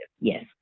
yes